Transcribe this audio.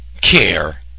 care